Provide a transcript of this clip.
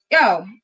yo